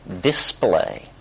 display